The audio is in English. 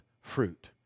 fruit